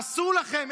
אסור לכם,